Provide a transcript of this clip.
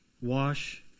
wash